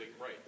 right